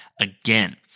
again